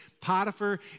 Potiphar